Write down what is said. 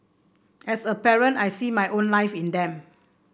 as a parent I see my own life in them